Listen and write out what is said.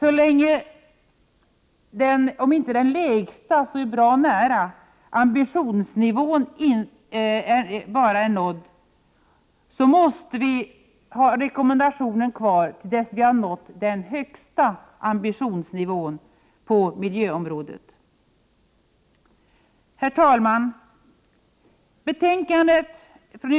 Även om vi inte har den allra lägsta ambitionsnivån — men det är bra nära — måste vi ha rekommendationen kvar, till dess att vi når den högsta ambitionsnivån på miljöområdet. Herr talman!